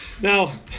now